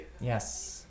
Yes